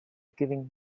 giving